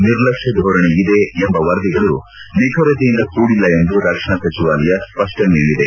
ನಿರ್ಲಕ್ಷ್ಮ ಧೋರಣೆ ಇದೆ ಎಂಬ ವರದಿಗಳು ನಿಖರತೆಯಿಂದ ಕೂಡಿಲ್ಲ ಎಂದು ರಕ್ಷಣಾ ಸಚಿವಾಲಯ ಸ್ಪಷ್ಟನೆ ನೀಡಿದೆ